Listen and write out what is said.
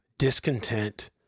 discontent